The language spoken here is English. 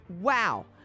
Wow